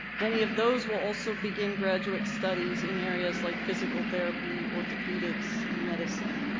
many of those will also begin graduate studies in areas like physical therapy, orthopedics, and medicine.